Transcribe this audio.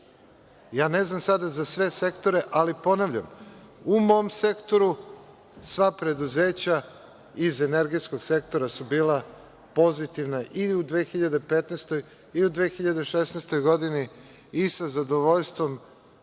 Ne znam sada za sve sektore, ali ponavljam, u mom sektoru sva preduzeća iz energetskog sektora su bila pozitivna i u 2015. i u 2016. godini i sa zadovoljstvom